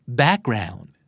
background